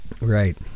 Right